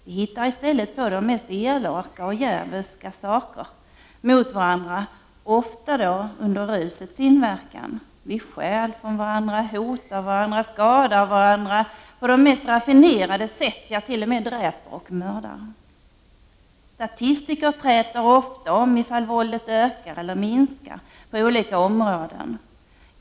Vi hittar i stället på de mest elaka och djävulska saker mot varandra, ofta under rusets inverkan. Vi stjäl från varandra, hotar varandra och skadar varandra på de mest raffinerade sätt — vi t.o.m. dräper och mördar. Statistiker träter ofta om våldet ökar eller minskar på olika områden.